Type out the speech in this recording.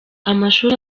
amashuri